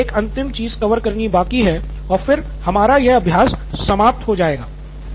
तो यह एक अंतिम चीज़ कवर करनी बाकी है और फिर हमारा यह अभ्यास समाप्त हो जाएगा